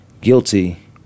guilty